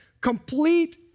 complete